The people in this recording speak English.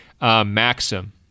maxim